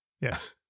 Yes